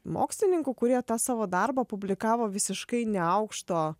mokslininkų kurie tą savo darbą publikavo visiškai ne aukšto